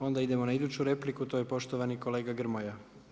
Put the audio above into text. Onda idemo na iduću repliku, to je poštovani kolega Grmoja.